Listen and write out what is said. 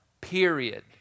period